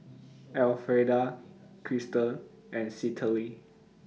Elfreda Krystal and Citlalli